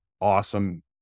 awesome